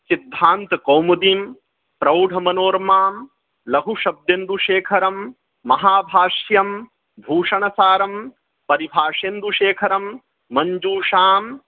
सिद्धान्तकौमुदीं प्रौढमनोरमां लघुशब्देन्दुशेखरं महाभाष्यं भूषणसारं परिभाषेन्दुशेखरं मञ्जूषां